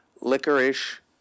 licorice